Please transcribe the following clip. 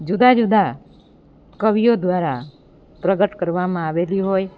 જુદા જુદા કવિઓ દ્વારા પ્રગટ કરવામાં આવેલી હોય